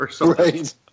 Right